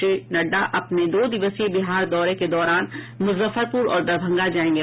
श्री नड़डा अपने दो दिवसीय बिहार दौरे के दौरान मुजफ्फरपुर और दरभंगा जायेंगे